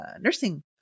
nursing